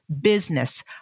business